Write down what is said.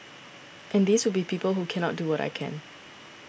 and these would be people who cannot do what I can